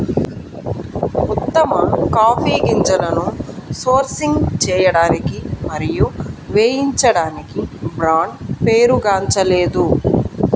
ఉత్తమ కాఫీ గింజలను సోర్సింగ్ చేయడానికి మరియు వేయించడానికి బ్రాండ్ పేరుగాంచలేదు